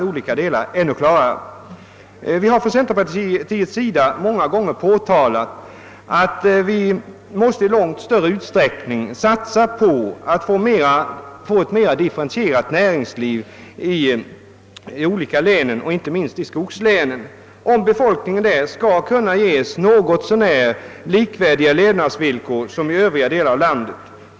Vi har från centerpartiet många gånger påtalat att man i långt större utsträckning måste satsa på att få ett mera differentierat näringsliv i de olika länen, inte minst i skogslänen, om åt befolkningen där skall kunna ges levnadsvillkor som är något så när likvärdiga dem som gäller i övriga delar av landet.